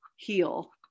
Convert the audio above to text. heal